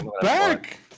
back